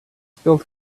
spilled